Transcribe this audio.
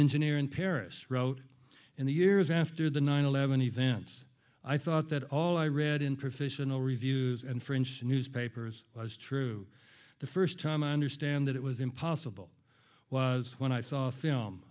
engineer in paris wrote in the years after the nine eleven events i thought that all i read in professional reviews and french newspapers was true the first time i understand that it was impossible was when i saw a film